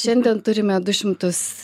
šiandien turime du šimtus